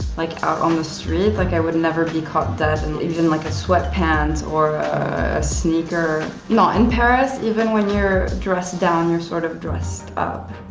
like out on the street. like i would never be caught dead in even like a sweat pant or sneaker. not in paris, even when you're dressed down, you're sort of dressed up.